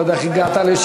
אני לא יודע איך הגעת לשם.